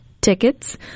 tickets